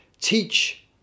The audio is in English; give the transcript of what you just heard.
teach